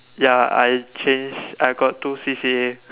ya I change I got two C_C_A